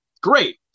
Great